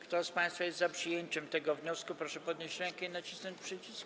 Kto z państwa jest za przyjęciem tego wniosku, proszę podnieść rękę i nacisnąć przycisk.